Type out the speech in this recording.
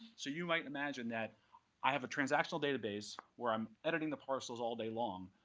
so you might imagine that i have a transactional database where i'm editing the parcels all day long.